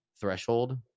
threshold